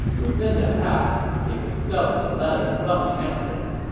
within the house, they discovered the letter from the empress.